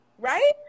Right